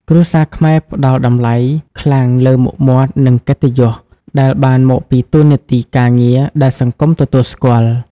គ្រួសារខ្មែរផ្តល់តម្លៃខ្លាំងលើ "មុខមាត់" និង "កិត្តិយស" ដែលបានមកពីតួនាទីការងារដែលសង្គមទទួលស្គាល់។